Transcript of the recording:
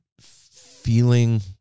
feeling